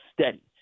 steady